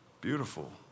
beautiful